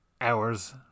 Hours